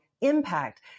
impact